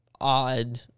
odd